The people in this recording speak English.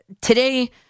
Today